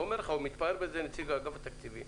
ואומר לך נציג אגף התקציבים,